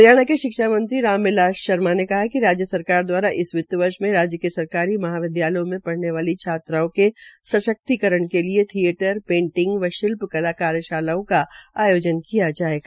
हरियाणा के शिक्षा मंत्री राम बिलास शर्मा ने कहा है कि राज्य सरकार इस वित्तवर्ष मे राज्य से सरकारी महाविद्यालयों में पढ़ने वाली छात्राओं के सशक्तिकरण के लिये थियेटर पेटिंग व शिल्प कला कार्यशालाओं का आयोजन किया जायेगा